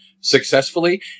successfully